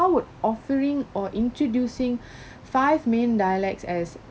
how would offering or introducing five main dialects as